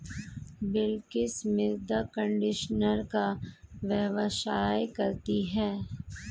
बिलकिश मृदा कंडीशनर का व्यवसाय करती है